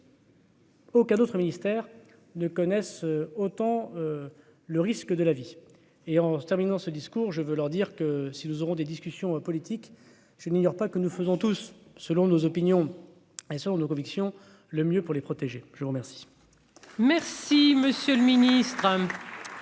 OK, d'autres ministères ne connaissent autant le risque de la vie et en terminant ce discours, je veux leur dire que si nous aurons des discussions politiques, je n'ignore pas que nous faisons tous selon nos opinions et selon nos convictions le mieux pour les protéger, je vous remercie.